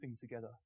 together